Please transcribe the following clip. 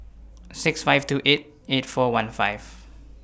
six five two eight eight four one five